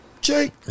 Jake